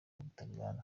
butaliyani